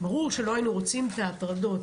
ברור שלא היינו רוצים את ההטרדות,